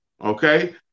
okay